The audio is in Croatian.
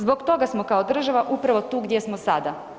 Zbog toga smo kao država upravo tu gdje smo sada.